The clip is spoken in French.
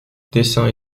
dessins